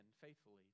faithfully